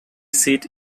seat